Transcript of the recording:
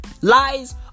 Lies